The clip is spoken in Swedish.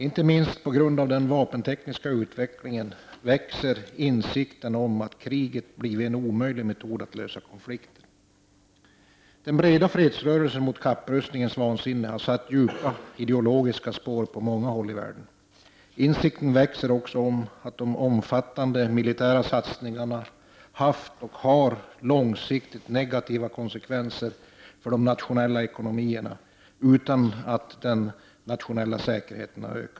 Inte minst på grund av den vapentekniska utvecklingen växer insikten om att kriget blivit en omöjlig metod att lösa konflikter. Den breda fredsrörelsen mot kapprustningens vansinne har satt djupa ideologiska spår på många håll i världen. Insikten växer också om att de omfattande militära satsningarna haft och har långsiktigt negativa konsekvenser för de nationella ekonomierna utan att ha ökat den nationella säkerheten.